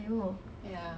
!aiyo!